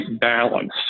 balance